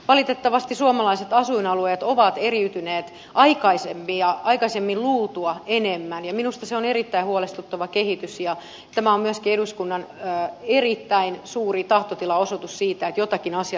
valitettavasti suomalaiset asuinalueet ovat eriytyneet aikaisemmin luultua enemmän ja minusta se on erittäin huolestuttava kehitys ja tämä on myöskin eduskunnan erittäin suuri tahtotilan osoitus että jotakin asialle on tehtävä